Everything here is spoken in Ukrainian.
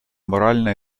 морально